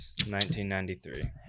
1993